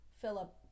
Philip